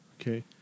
Okay